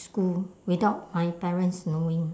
school without my parents knowing